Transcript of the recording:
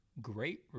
great